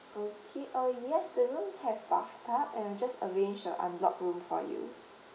okay orh yes the room have bathtub and I just arrange a unlock room for you